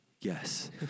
Yes